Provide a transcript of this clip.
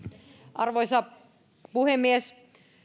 arvoisa puhemies